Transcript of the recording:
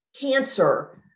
cancer